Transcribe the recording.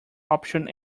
option